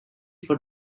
for